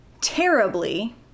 terribly